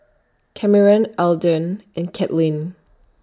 Cameron Eldon and Kaitlynn